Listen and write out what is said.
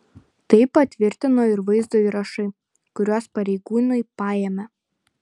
tai patvirtino ir vaizdo įrašai kuriuos pareigūnai paėmė